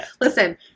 listen-